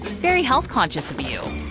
very health conscious of you.